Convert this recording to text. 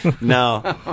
No